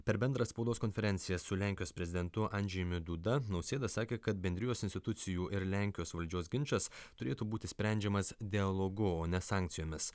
per bendrą spaudos konferenciją su lenkijos prezidentu andžejumi duda nausėda sakė kad bendrijos institucijų ir lenkijos valdžios ginčas turėtų būti sprendžiamas dialogu o ne sankcijomis